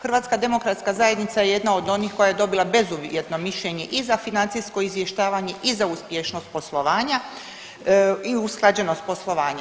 HDZ je jedna od onih koja je dobila bezuvjetno mišljenje i za financijsko izvještavanje i za uspješnost poslovanja i usklađenost poslovanja.